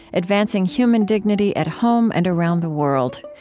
advancing human dignity at home and around the world.